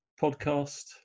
podcast